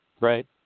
Right